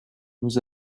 nous